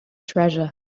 treasure